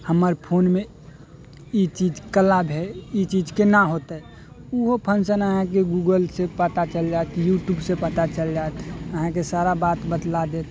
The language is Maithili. हमर फोनमे ई चीज कला भेल ई चीज कोना होतै ओहो फँक्शन अहाँके गूगलसँ पता चलि जाएत यूट्यूबसँ पता चलि जाएत अहाँके सारा बात बतला देत